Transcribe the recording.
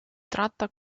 tratta